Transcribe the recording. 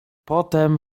potem